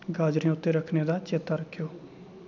गाजरां उत्थै रक्खने दा चेत्ता रक्खेओ